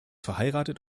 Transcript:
verheiratet